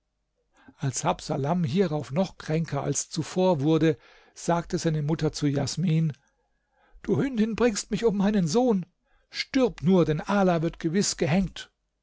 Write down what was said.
als habsalam hierauf noch kränker als zuvor wurde sagte seine mutter zu jasmin du hündin bringst mich um meinen sohn stirb nur denn ala wird gewiß gehängt